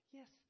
Yes